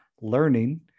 learning